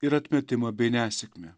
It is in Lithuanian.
ir atmetimą bei nesėkmę